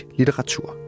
litteratur